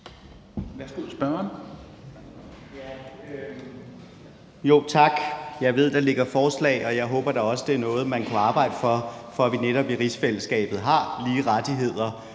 Tak. Jeg ved, der ligger forslag, og jeg håber da også, det er noget, man kunne arbejde for, for at vi netop i rigsfællesskabet har lige rettigheder